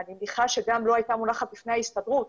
ואני מניחה שגם לו הייתה מונחת בפני ההסתדרות,